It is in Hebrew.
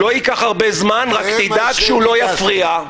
רק תדאג שהוא לא יפריע.